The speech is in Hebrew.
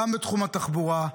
גם בתחום התחבורה.